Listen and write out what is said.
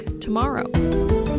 tomorrow